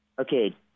okay